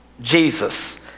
Jesus